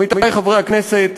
עמיתי חברי הכנסת,